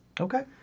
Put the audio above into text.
Okay